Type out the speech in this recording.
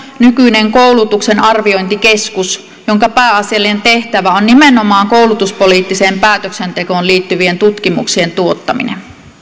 nykyinen koulutuksen arviointikeskus jonka pääasiallinen tehtävä on nimenomaan koulutuspoliittiseen päätöksentekoon liittyvien tutkimuksien tuottaminen